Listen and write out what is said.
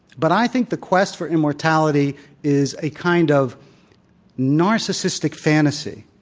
but i think the quest for immortality is a kind of narcissistic fantasy.